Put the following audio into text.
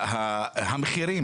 המחירים